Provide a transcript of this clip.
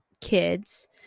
kids